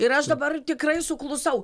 ir aš dabar tikrai suklusau